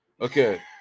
Okay